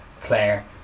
Claire